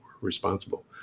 responsible